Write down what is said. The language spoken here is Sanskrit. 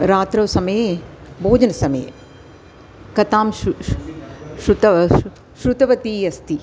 रात्रौ समये भोजनसमये कथां शु शु श्रुतव् शु श्रुतवती अस्ति